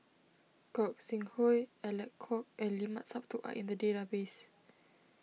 Gog Sing Hooi Alec Kuok and Limat Sabtu are in the database